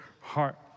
heart